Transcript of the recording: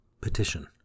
Petition